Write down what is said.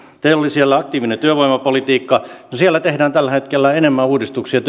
teillä oli siellä aktiivinen työvoimapolitiikka no siellä työvoimapolitiikassa tehdään tällä hetkellä enemmän uudistuksia